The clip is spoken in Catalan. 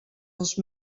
els